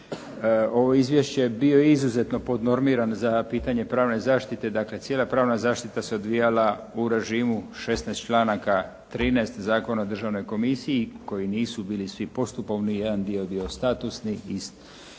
ovo izvješće bio izuzetno pod normiran za pitanje pravne zaštite, dakle, cijena pravna zaštita se odvijala u režimu 16 članaka, 13. Zakona o državnoj komisiji, koji nisu bili svi postupovni, jedan dio je bio statusni i tri